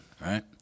right